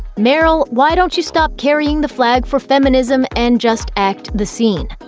meryl, why don't you stop carrying the flag for feminism and just act the scene.